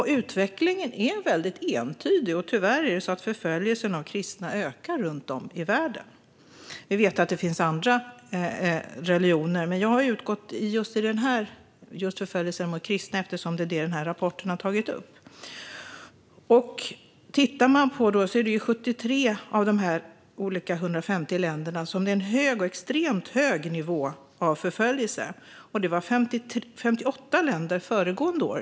Utvecklingen är väldigt entydig. Tyvärr är det så att förföljelsen av kristna ökar runt om i världen. Vi vet att det finns andra religioner, men jag har utgått från förföljelsen av kristna eftersom det är det denna rapport tar upp. I 73 av de 150 länderna är det en hög eller extremt hög nivå av förföljelse. Antalet var 58 länder föregående år.